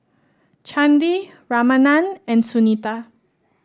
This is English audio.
Chandi Ramanand and Sunita